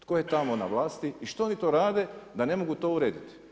Tko je tamo na vlasti i što oni to rade da ne mogu to urediti?